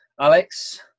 Alex